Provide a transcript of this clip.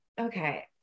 okay